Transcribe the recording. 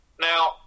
Now